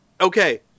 Okay